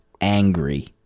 angry